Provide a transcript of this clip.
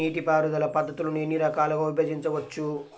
నీటిపారుదల పద్ధతులను ఎన్ని రకాలుగా విభజించవచ్చు?